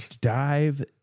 dive